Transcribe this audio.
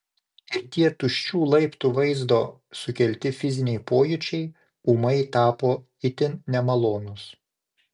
ir tie tuščių laiptų vaizdo sukelti fiziniai pojūčiai ūmai tapo itin nemalonūs